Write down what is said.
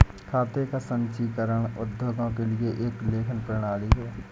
खाते का संचीकरण उद्योगों के लिए एक लेखन प्रणाली है